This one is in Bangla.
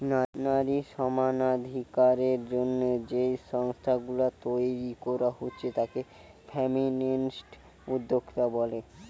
নারী সমানাধিকারের জন্যে যেই সংস্থা গুলা তইরি কোরা হচ্ছে তাকে ফেমিনিস্ট উদ্যোক্তা বলে